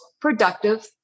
productive